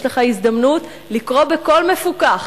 יש לך הזדמנות לקרוא בקול מפוכח